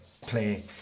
play